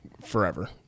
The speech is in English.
forever